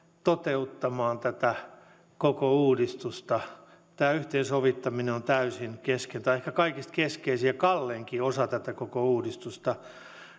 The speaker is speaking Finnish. toteuttamaan tätä koko uudistusta tämä yhteensovittaminen on täysin kesken tämä on ehkä kaikista keskeisin ja kalleinkin osa koko tätä uudistusta